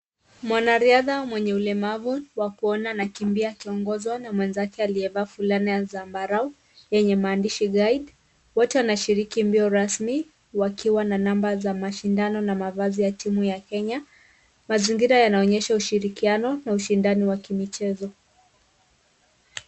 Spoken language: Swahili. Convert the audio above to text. Mwanariadha mwenye ulemavu wa kuona anakimbia akiongozwa na mwenzake aliyevaa fulana ya zambarau yenye maandishi guide , wote wanashiriki mbio rasmi wakiwa na namba za mashindano na mavazi ya timu ya Kenya, mazingira yanaonyesha ushirikiano na ushindani wa kimichezo.